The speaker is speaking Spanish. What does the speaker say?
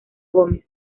gómez